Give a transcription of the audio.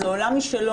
זה עולם משלו,